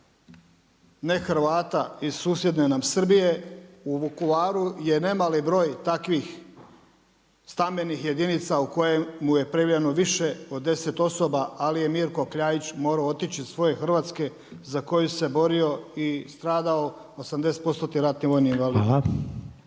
ne Hrvata iz susjedne nam Srbije, u Vukovaru je nemali broj takvih stambenih jedinica u kojem je prijavljeno više od 10 osoba, ali je Mirko Kljaić morao otići iz svoje Hrvatske za koju se borio i stradao, 80% ratni vojni invalid.